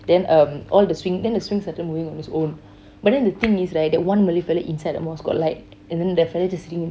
then um all the swing then the swing started moving on its own but then the thing is right that one malay fellow inside the mosque got light and then that fellow just sitting